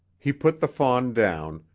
he put the fawn down,